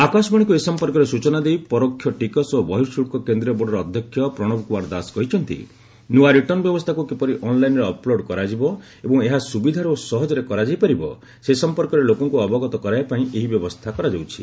ଆକାଶବାଣୀକୁ ଏ ସମ୍ପର୍କରେ ସୂଚନା ଦେଇ ପରୋକ୍ଷ ଟିକସ ଓ ବହିଃ ଶୁଳ୍କ କେନ୍ଦ୍ରୀୟ ବୋର୍ଡ଼ର ଅଧ୍ୟକ୍ଷ ପ୍ରଣବ କୁମାର ଦାସ କହିଛନ୍ତି ନ୍ରଆ ରିଟର୍ଶ୍ଣ ବ୍ୟବସ୍ଥାକୁ କିପରି ଅନ୍ଲାଇନ୍ରେ ଅପ୍ଲୋଡ଼୍ କରାଯିବ ଏବଂ ଏହା ସୁବିଧାରେ ଓ ସହଜରେ କରାଯାଇପାରିବ ସେ ସମ୍ପର୍କରେ ଲୋକଙ୍କୁ ଅବଗତ କରାଇବା ପାଇଁ ଏହି ବ୍ୟବସ୍ଥା କରାଯାଉଛି